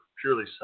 purely